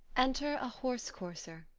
enter a horse-courser.